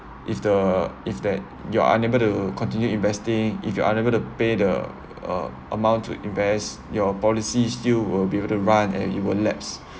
if the if that you are unable to continue investing if you are unable to pay the uh amount to invest your policy still will be able to run and it won't lapse